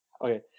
Okay